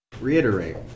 reiterate